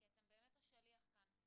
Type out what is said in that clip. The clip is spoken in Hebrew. כי אתם באמת השליח כאן.